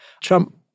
Trump